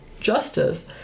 justice